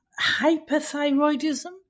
hyperthyroidism